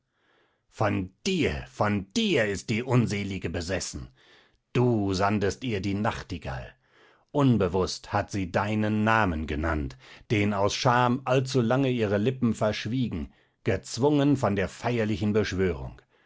von dir von dir ist die unselige besessen du sandest ihr die nachtigall unbewußt hat sie deinen namen genannt den aus scham allzulange ihre lippen verschwiegen gezwungen von der feierlichen beschwörung